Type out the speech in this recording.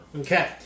Okay